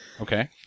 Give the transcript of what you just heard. Okay